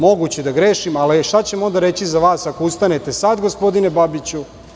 Moguće je da grešim, ali šta ćemo onda reći za vas ako ustanete sada, gospodine Babiću.